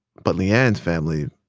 but le-ann's family,